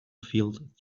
field